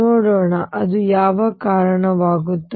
ನೋಡೋಣ ಅದು ಯಾವುದಕ್ಕೆ ಕಾರಣವಾಗುತ್ತದೆ